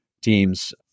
teams